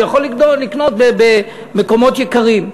הוא יכול לקנות במקומות יקרים.